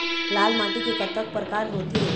लाल माटी के कतक परकार होथे?